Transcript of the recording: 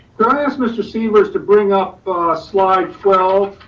can i ask mr. sievers to bring up a slide twelve,